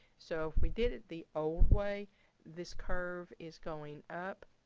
so if we did it the old way this curve is going up,